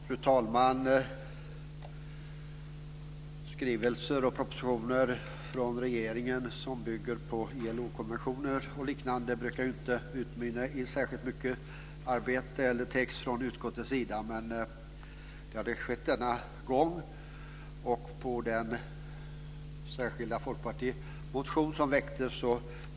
Fru talman! Skrivelser och propositioner från regeringen som bygger på ILO-konventioner och liknande brukar inte utmynna i särskilt mycket arbete eller text från utskottets sida. Men det har skett denna gång. Det blev en hel del text i den särskilda folkpartimotion som väcktes.